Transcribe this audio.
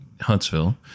Huntsville